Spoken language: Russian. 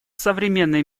современной